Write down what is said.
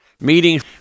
meetings